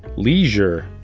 leisure,